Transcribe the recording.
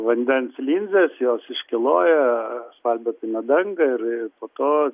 vandens linzės jos iškyloja asfaltbetonio dangą ir ir po to